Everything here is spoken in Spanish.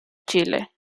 chile